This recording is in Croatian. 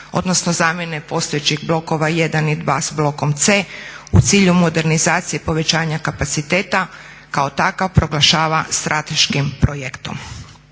odnosno zamjene postojećih blokova jedan i dva s blokom C u cilju modernizacije povećanja kapaciteta kao takav proglašava strateškim projektom.